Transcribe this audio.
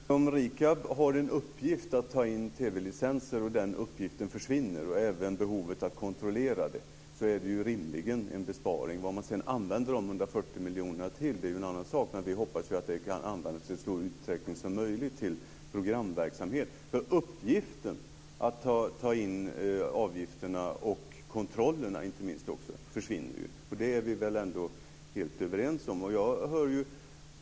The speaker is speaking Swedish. Fru talman! Om RIKAB har en uppgift i att ta in TV-licenser, och den uppgiften och även behovet av att kontrollera det hela försvinner så är det rimligen en besparing. Vad man sedan använder de 140 miljonerna till är en annan sak, men vi hoppas att de i så stor utsträckning som möjligt används till programverksamhet. Uppgiften att ta in avgifterna, och inte minst också kontrollerna, försvinner ju. Det är vi väl ändå helt överens om?